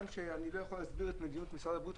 אני לא יכול להסביר את מדיניות משרד הבריאות.